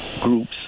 groups